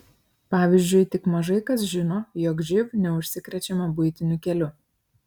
pavyzdžiui tik mažai kas žino jog živ neužsikrečiama buitiniu keliu